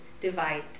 divide